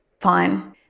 fine